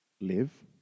live